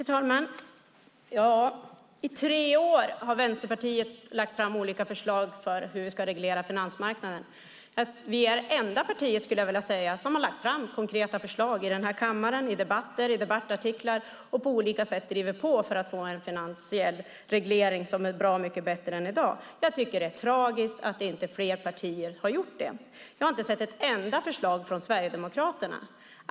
Herr talman! I tre år har Vänsterpartiet lagt fram olika förslag på hur vi ska reglera finansmarknaden. Vi är det enda partiet, skulle jag vilja säga, som har lagt fram konkreta förslag i den här kammaren, i debatter och i debattartiklar. Vi driver på olika sätt på för att få en finansiell reglering som är bra mycket bättre än i dag. Jag tycker att det är tragiskt att inte fler partier har gjort det. Jag har inte sett ett enda förslag från Sverigedemokraterna.